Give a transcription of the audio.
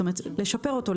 לשפרו.